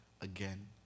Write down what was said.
again